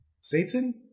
Satan